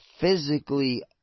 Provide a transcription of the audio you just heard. physically